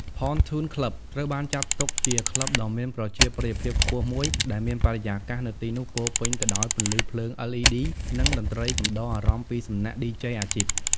ផនធូន ក្លឹប (Pontoon Club) ត្រូវបានចាត់ទុកជាក្លឹបដ៏មានប្រជាប្រិយភាពខ្ពស់មួយ ដែលមានបរិយាកាសនៅទីនោះពោរពេញទៅដោយពន្លឺភ្លើង LED និងតន្ត្រីកំដរអារម្មណ៍ពីសំណាក់ឌីជេអាជីព។